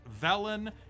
Velen